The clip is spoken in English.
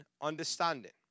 understanding